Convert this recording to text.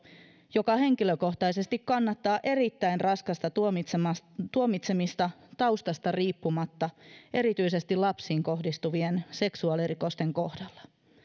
joka henkilökohtaisesti kannattaa erittäin raskasta tuomitsemista tuomitsemista taustasta riippumatta erityisesti lapsiin kohdistuvien seksuaalirikosten kohdalla